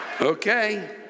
Okay